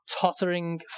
tottering